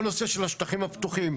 כל הנושא של השטחים הפתוחים,